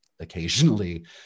occasionally